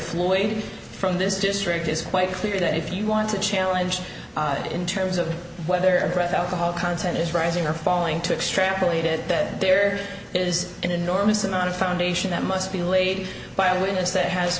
floyd from this district is quite clear that if you want to challenge it in terms of whether breath alcohol content is rising or falling to extract needed that there is an enormous amount of foundation that must be laid by a witness that has